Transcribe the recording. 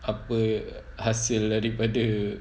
apa hasil daripada